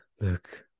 Look